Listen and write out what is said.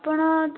ଆପଣ ତ